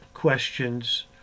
questions